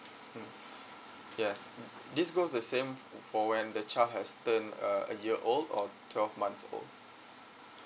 mm yes this goes the same f~ for when the child has turned uh a year old or twelve months old